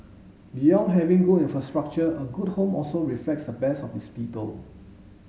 beyond having good infrastructure a good home also reflects the best of its people